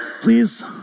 please